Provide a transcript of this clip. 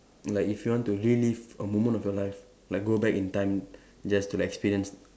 like if you want to relive a moment of your life like go back in time just to like experience